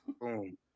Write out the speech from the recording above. Boom